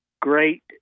great